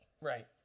Right